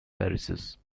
parishes